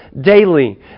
daily